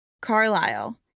Carlisle